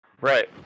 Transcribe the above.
Right